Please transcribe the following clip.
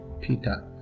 Peter